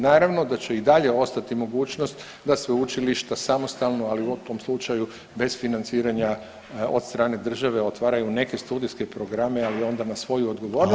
Naravno da će i dalje ostati mogućnost da sveučilišta samostalno, ali u tom slučaju bez financiranja od strane države otvaraju neke studijske programe, ali onda na svoju odgovornost